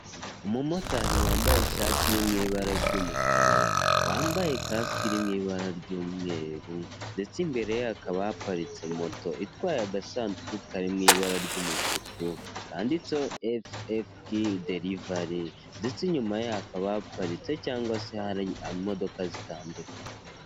Umumotari wambaye ishati iri mu ibara ry'umukara, wambaye kasike iri mu ibara ry'umweru ndetse imbere hakaba haparitse moto itwaye agasanduku kari mu ibara ry'umutuku kanditseho efu efu si derivari, ndetse inyuma yaho hakaba haparitse cyangwa se hari imodoka zitandukanye.